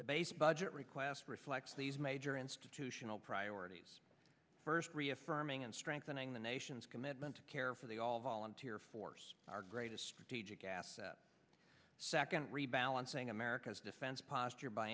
the base budget request reflects these major institutional priorities first reaffirming and strengthening the nation's commitment to care for the all volunteer force our greatest strategic asset second rebalancing america's defense posture by